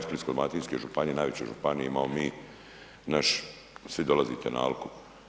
Splitsko-dalmatinske županije, najveće županije imamo mi naš, svi dolazite na Alku.